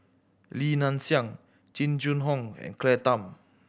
Li Nanxing Jing Jun Hong and Claire Tham